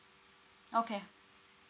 okay